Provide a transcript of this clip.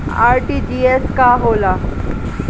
RTGS का होला?